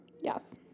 Yes